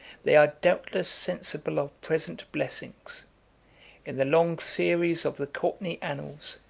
they are doubtless sensible of present blessings in the long series of the courtenay annals,